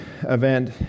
event